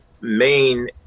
main